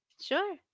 Sure